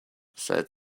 said